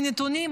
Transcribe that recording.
אין לי נתונים,